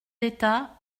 d’état